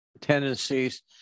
tendencies